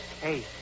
Hey